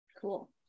Cool